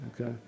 okay